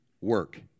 work